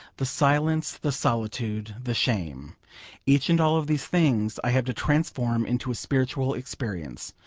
the silence, the solitude, the shame each and all of these things i have to transform into a spiritual experience.